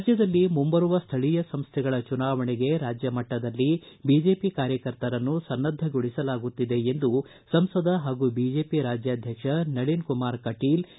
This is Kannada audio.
ರಾಜ್ಡದಲ್ಲಿ ಮುಂಬರುವ ಸ್ವಳೀಯ ಸಂಸ್ಥೆಗಳ ಚುನಾವಣೆಗೆ ರಾಜ್ಯ ಮಟ್ಟದಲ್ಲಿ ಬಿಜೆಪಿ ಕಾರ್ಯಕರ್ತರನ್ನು ಸನ್ನದ್ದಗೊಳಿಸಲಾಗುತ್ತಿದೆ ಎಂದು ಸಂಸದ ಹಾಗೂ ಬಿಜೆಪಿ ರಾಜ್ಯಾಧ್ವಕ್ಷ ನಳಿನ್ ಕುಮಾರ್ ಕಟೀಲ್ ತಿಳಿಸಿದ್ದಾರೆ